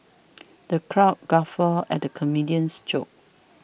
the crowd guffawed at the comedian's jokes